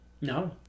No